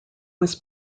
was